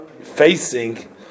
facing